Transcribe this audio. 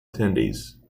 attendees